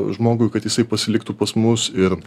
žmogui kad jisai pasiliktų pas mus ir